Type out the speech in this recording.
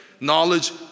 knowledge